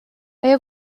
آیا